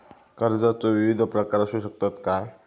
कर्जाचो विविध प्रकार असु शकतत काय?